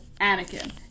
Anakin